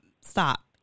Stop